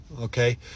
Okay